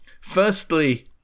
firstly